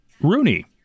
Rooney